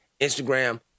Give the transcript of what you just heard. Instagram